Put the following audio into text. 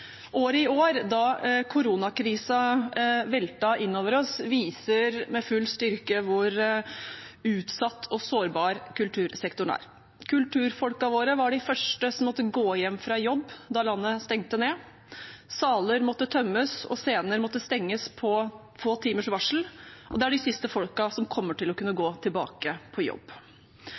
Året i år, da koronakrisen veltet inn over oss, viste med full styrke hvor utsatt og sårbar kultursektoren er. Kulturfolkene våre var de første som måtte gå hjem fra jobb da landet stengte ned. Saler måtte tømmes, scener måtte stenges på få timers varsel, og de er de siste som kommer til å kunne gå tilbake på jobb.